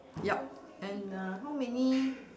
yup and uh how many